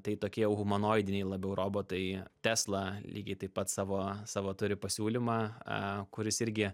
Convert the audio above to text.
tai tokie jau humanoidiniai labiau robotai tesla lygiai taip pat savo savo turi pasiūlymą kuris irgi